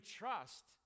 trust